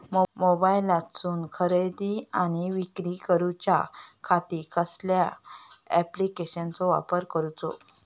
मोबाईलातसून खरेदी आणि विक्री करूच्या खाती कसल्या ॲप्लिकेशनाचो वापर करूचो?